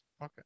okay